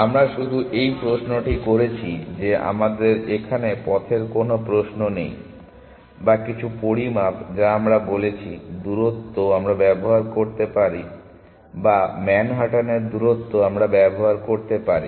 আমরা শুধু এই প্রশ্নটি করছি যে আমাদের এখানে পথের কোন প্রশ্ন নেই বা কিছু পরিমাপ যা আমরা বলেছি দূরত্ব আমরা ব্যবহার করতে পারি বা ম্যানহাটনের দূরত্ব আমরা ব্যবহার করতে পারি